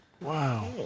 Wow